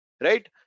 Right